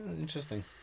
Interesting